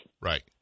Right